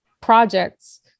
projects